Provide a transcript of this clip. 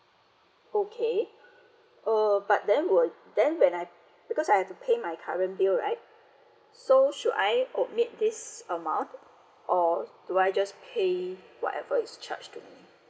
okay uh but then would then when I because I have to pay my current bill right so should I omit this amount or do I just pay whatever is charged with